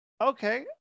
okay